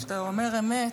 כשאתה אומר אמת,